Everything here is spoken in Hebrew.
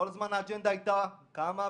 כל הזמן האג'נדה הייתה קמה ואומרת: